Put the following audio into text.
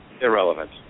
irrelevant